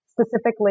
specifically